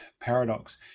paradox